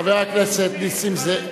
חבר הכנסת נסים זאב,